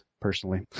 personally